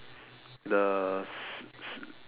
the s~ s~